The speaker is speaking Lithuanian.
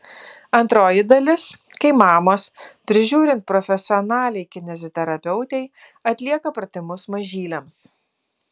antroji dalis kai mamos prižiūrint profesionaliai kineziterapeutei atlieka pratimus mažyliams